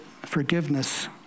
forgiveness